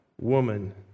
woman